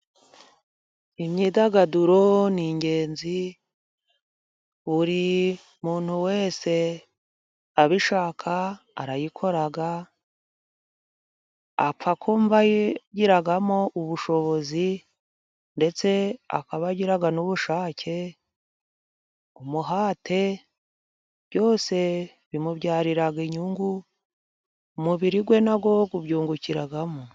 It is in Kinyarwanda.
Imyidagaduro ni ingenzi, buri muntu wese abishaka arayikora, apfa kumva yigiramo ubushobozi ndetse akaba agira n'ubushake, umuhate, byose bimubyarira inyungu, umubiri we na wo ubyungukiramo.